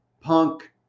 punk